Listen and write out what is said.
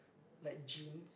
like jeans